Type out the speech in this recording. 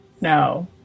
No